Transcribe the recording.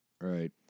Right